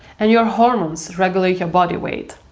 and your hormones regulate your body weight.